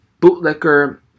bootlicker